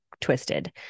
twisted